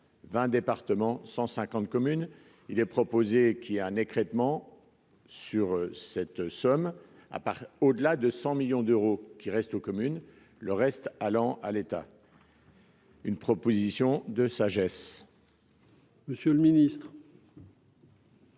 20 départements 150 communes, il est proposé, qui a un écrêtement sur cette somme, à part au-delà de 100 millions d'euros qui restent aux communes, le reste allant à l'État. Une proposition de sagesse. Monsieur le Ministre.